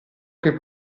che